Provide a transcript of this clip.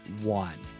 one